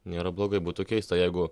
nėra blogai būtų keista jeigu